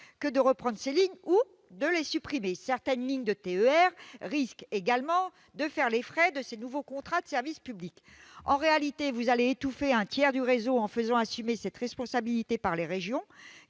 que de reprendre ces lignes ou de les supprimer. Certaines lignes de TER risquent également de faire les frais de ces nouveaux contrats de service public. En réalité, vous allez étouffer un tiers du réseau en faisant assumer cette responsabilité par les régions,